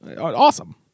awesome